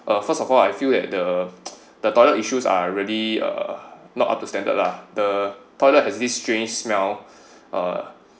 uh first of all I feel at the the toilet issues are really uh not up to standard lah the toilet has this strange smell uh